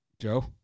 Joe